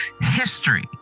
history